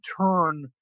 turn